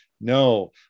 No